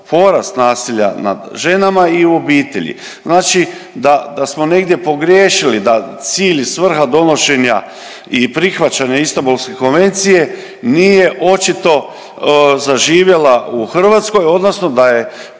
porast nasilja nad ženama i u obitelji. Znači da smo negdje pogriješili da cilj i svrha donošenja i prihvaćanja Istambulske konvencije nije očito zaživjela u Hrvatskoj, odnosno da je